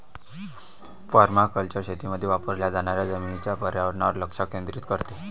permaculture शेतीमध्ये वापरल्या जाणाऱ्या जमिनीच्या पर्यावरणावर लक्ष केंद्रित करते